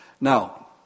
Now